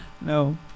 No